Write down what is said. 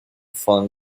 von